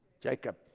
Jacob